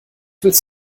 willst